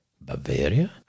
Bavaria